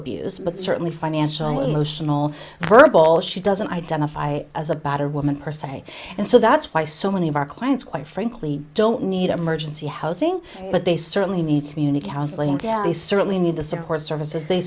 abuse but certainly financial emotional and verbal all she doesn't identify as a battered woman per se and so that's why so many of our clients quite frankly don't need emergency housing but they certainly need communicate how slimmed down they certainly need the support services they